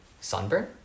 Sunburn